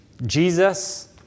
Jesus